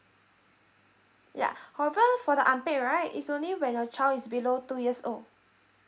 yeah however for the unpaid right it's only when your child is below two years old